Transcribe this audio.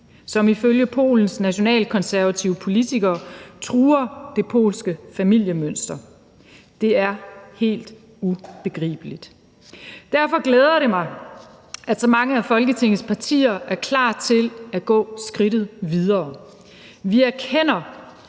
som ifølge Polens nationalkonservative politikere truer det polske familiemønster. Det er helt ubegribeligt. Derfor glæder det mig, at så mange af Folketingets partier er klar til at gå skridtet videre. Vi erkender,